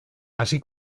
así